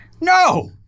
No